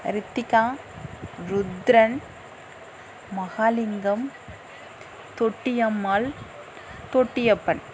Rithika Rudran Mahalingam Thottiyammal Thottiyappan